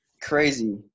crazy